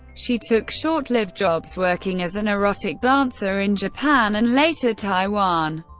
she took short-lived jobs working as an erotic dancer in japan and later taiwan,